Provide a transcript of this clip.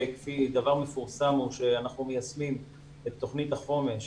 דבר מפורסם הוא שאנחנו מיישמים את תוכנית החומש